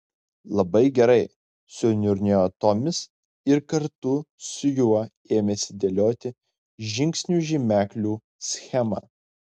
labai gerai suniurnėjo tomis ir kartu su juo ėmėsi dėlioti žingsnių žymeklių schemą